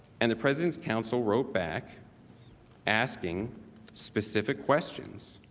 and the president counsel wrote back asking specific questions